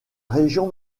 région